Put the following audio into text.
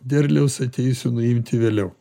derliaus ateisiu nuimti vėliau